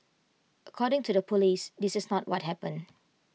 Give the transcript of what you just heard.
according to the Police this is not what happened